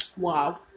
Wow